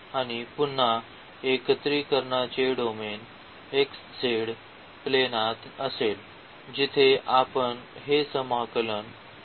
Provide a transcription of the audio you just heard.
आणि पुन्हा एकत्रीकरणाचे डोमेन xz प्लेनात असेल जिथे आपण हे समाकलन समाकलित करीत आहोत